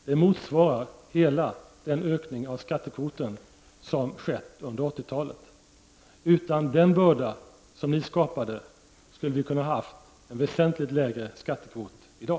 Det motsvarar hela den ökning av skattekvoten som har skett under 80-talet. Utan den börda som ni skapade skulle vi kunnat ha en väsentligt lägre skattekvot i dag.